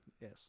Yes